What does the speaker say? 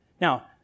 Now